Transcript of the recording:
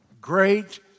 great